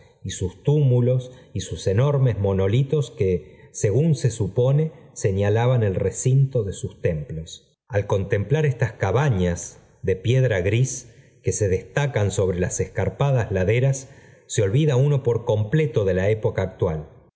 y sus túmulos y sus enormes monolito que según se supone señalaban el recinto de sus templos al contemplar estas cabañas de piedra gris que se destacan sobre las escarpadas laderas se olvida uno por completo de la época actual